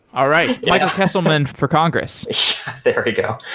all right. mica kesselman for congress there you go.